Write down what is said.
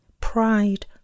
pride